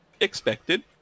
expected